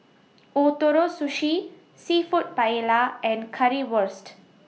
Ootoro Sushi Seafood Paella and Currywurst